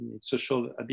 social